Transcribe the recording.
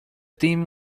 team